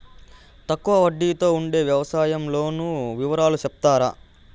తక్కువ వడ్డీ తో ఉండే వ్యవసాయం లోను వివరాలు సెప్తారా?